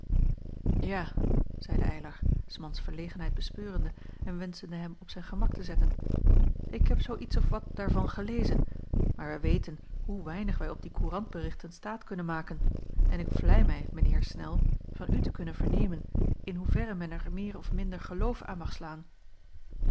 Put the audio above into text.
ja zeide eylar s mans verlegenheid bespeurende en wenschende hem op zijn gemak te zetten ik heb zoo iets of wat daarvan gelezen maar wij weten hoe weinig wij op die courant berichten staat kunnen maken en ik vlei mij mijn heer snel van u te kunnen vernemen in hoeverre men er meer of minder geloof aan mag slaan